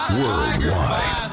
worldwide